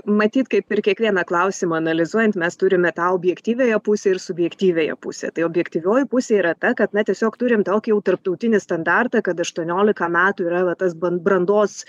matyt kaip ir kiekvieną klausimą analizuojant mes turime tą objektyviąją pusę ir subjektyviąją pusę tai objektyvioji pusė yra ta kad na tiesiog turim tokį jau tarptautinį standartą kad aštuoniolika metų yra va tas ban brandos